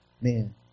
man